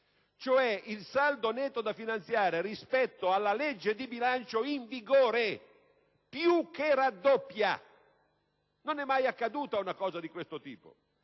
che il saldo netto da finanziare, rispetto alla legge di bilancio in vigore, più che raddoppia. Non è mai accaduta una cosa di questo tipo!